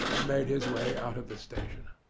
and made his way out of the station.